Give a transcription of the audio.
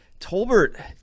tolbert